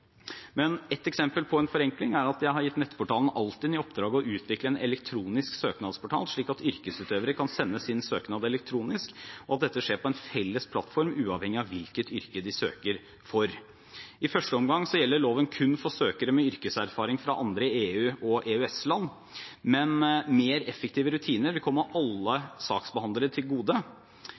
Et eksempel på en forenkling er at jeg har gitt nettportalen altinn.no i oppdrag å utvikle en elektronisk søknadsportal slik at yrkesutøvere kan sende sin søknad elektronisk, og at dette skjer på en felles plattform uavhengig av hvilket yrke de søker for. I første omgang gjelder loven kun for søkere med yrkeserfaring fra andre EU- og EØS-land, men mer effektive rutiner vil komme alle saksbehandlere til gode.